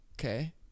okay